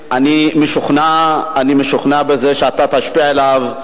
אני משוכנע, אני משוכנע בזה שאתה תשפיע עליו,